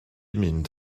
mynd